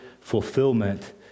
fulfillment